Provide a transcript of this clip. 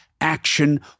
action